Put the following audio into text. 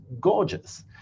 gorgeous